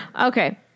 okay